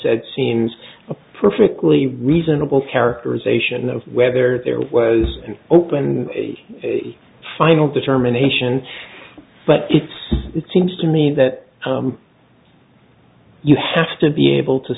said scenes perfectly reasonable characterization of whether there was an open final determination but it seems to me that you have to be able to